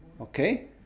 Okay